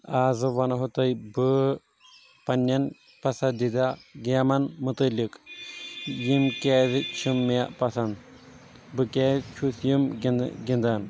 ازٕ ونہو تۄہہ بہٕ پننٮ۪ن پسنٛدیٖدہ گیمن متعلِق یِم کیازِ چھِ مےٚ پسنٛد بہٕ کیاز چھُس یِم گنٛدٕ گنٛدان